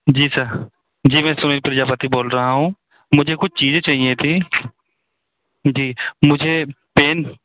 जी sir जी मैं सूर्य प्रजापति बोल रहा हूँ मुझे कुछ चीज़े चाहिए थीं जी मुझे पेन